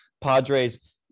Padres